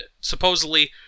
supposedly